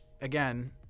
again